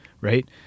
right